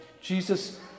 Jesus